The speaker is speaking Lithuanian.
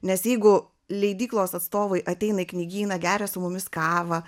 nes jeigu leidyklos atstovai ateina į knygyną geria su mumis kavą